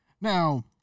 Now